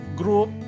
group